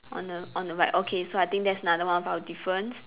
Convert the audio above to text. on the on the right okay so I think that's another one of our difference